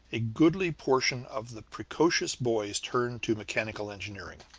a goodly portion of the precocious boys turn to mechanical engineering.